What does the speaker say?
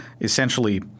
essentially